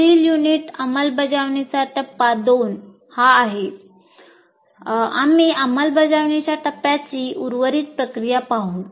पुढील युनिट अंमलबजावणीचा टप्पा 2 हा आहे आम्ही अंमलबजावणीच्या टप्प्याची उर्वरित प्रक्रिया पाहू